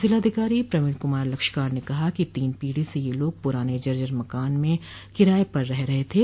जिलाधिकारी प्रवीण कुमार लक्षकार ने कहा कि तीन पीढ़ी से यह लोग प्राने जर्जर मकान में किराए पर रह रहे थे